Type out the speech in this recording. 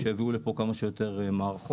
כך שיביאו לפה כמה שיותר מערכות.